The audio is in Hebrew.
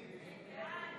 בעד